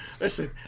Listen